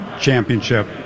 championship